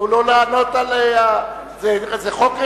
תנו לו לענות על, זה חוק רציני,